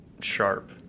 sharp